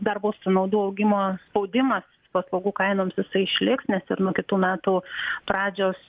darbo sąnaudų augimo spaudimas paslaugų kainoms jisai išliks nes ir nuo kitų metų pradžios